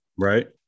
right